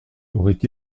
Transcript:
aurait